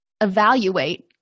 evaluate